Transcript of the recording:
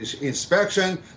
inspection